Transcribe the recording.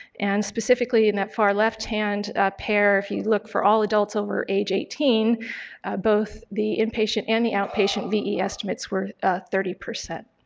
and specifically in that far left-hand pair if you look for all adults over age eighteen both the inpatient and the outpatient ve estimates were thirty.